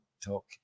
talk